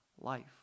life